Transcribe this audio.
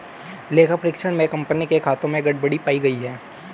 लेखा परीक्षण में कंपनी के खातों में गड़बड़ी पाई गई